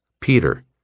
Peter